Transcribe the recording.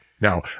Now